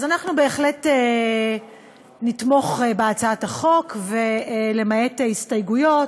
אנחנו בהחלט נתמוך בהצעת החוק, למעט ההסתייגויות,